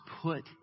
put